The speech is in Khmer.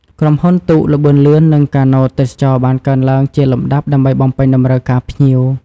ក្រុមហ៊ុនទូកល្បឿនលឿននិងកាណូតទេសចរណ៍បានកើនឡើងជាលំដាប់ដើម្បីបំពេញតម្រូវការភ្ញៀវ។